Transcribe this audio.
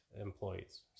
employees